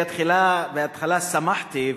בהתחלה שמחתי,